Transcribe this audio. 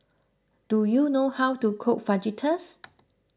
do you know how to cook Fajitas